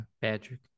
Patrick